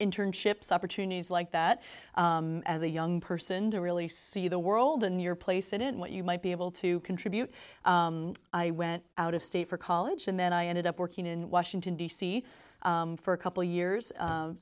internships opportunities like that as a young person to really see the world in your place and in what you might be able to contribute i went out of state for college and then i ended up working in washington d c for a couple years